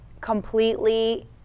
completely